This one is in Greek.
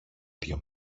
δυο